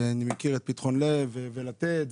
אני מכיר את פתחון לב ואת לתת.